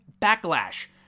Backlash